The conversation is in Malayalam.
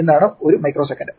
എന്താണ് 1 മൈക്രോ സെക്കന്റ്